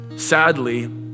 Sadly